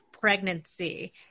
pregnancy